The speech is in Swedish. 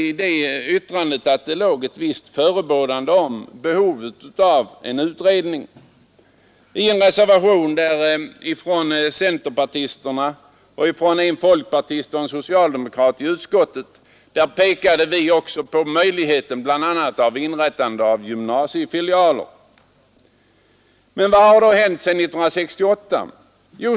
I det uttalandet låg i viss mån ett förebådande om behovet av en utredning. I en reservation av centerpartisterna, en folkpartist och en socialdemokrat i utskottet pekade vi oc på bl.a. möjligheten att inrätta gymnasiefilialer. Vad har då hänt sedan 1968?